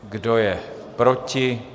Kdo je proti?